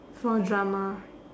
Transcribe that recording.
for drama